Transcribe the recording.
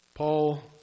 Paul